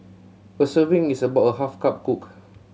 a serving is about a half cup cooked